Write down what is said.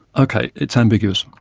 okay, it's ambiguous.